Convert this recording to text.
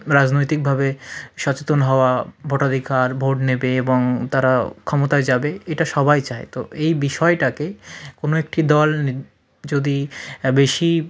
রাজনৈতিকভাবে সচেতন হওয়া ভোটাধিকার ভোট নেবে এবং তারা ক্ষমতায় যাবে এটা সবাই চায় তো এই বিষয়টাকে কোনো একটি দল যদি বেশি